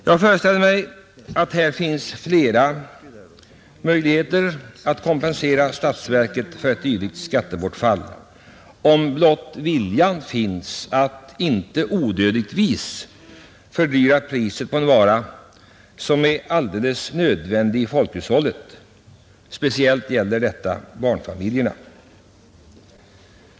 Jag föreställer mig att det finns flera möjligheter att kompensera statsverket för ett dylikt skattebortfall, om blott viljan finns att inte onödigtvis fördyra priset på en vara som är alldeles nödvändig i hushållet. Speciellt gäller detta barnfamiljerna.